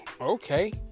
okay